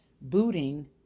booting